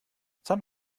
san